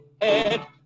head